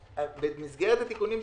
במסגרת התיקונים שעשינו,